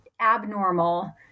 abnormal